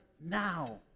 now